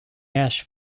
ash